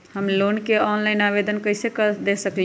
हम लोन के ऑनलाइन आवेदन कईसे दे सकलई ह?